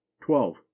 twelve